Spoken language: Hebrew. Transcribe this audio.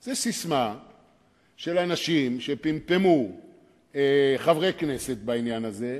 זאת ססמה שפמפמו חברי כנסת בעניין הזה.